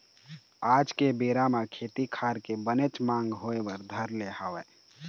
आज के बेरा म खेती खार के बनेच मांग होय बर धर ले हवय